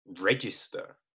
register